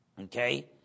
Okay